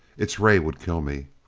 its ray would kill me.